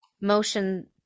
motion